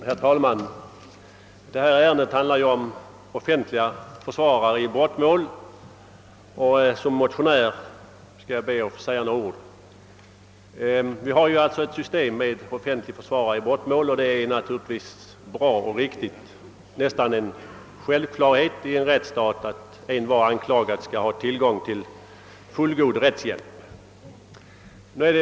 Herr talman! Detta ärende rör frågan om offentliga försvarare i brottmål. I egenskap av motionär skall jag be att få säga några ord. Vi har ett system med offentliga försvarare i brottmål, vilket är bra och riktigt. Det är väl en självklarhet i en rättsstat att envar anklagad skall ha tillgång till fullgod rättshjälp.